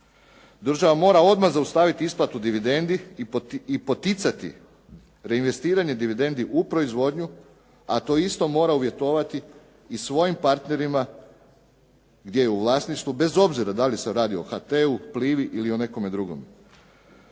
Država mora odmah zaustaviti isplatu dividendi i poticati reinvestiranje dividendi u proizvodnju, a to isto mora uvjetovati i svojim partnerima gdje je u vlasništvu, bez obzira da li se radi o HT-u, Plivi ili o nekome drugome.